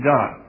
God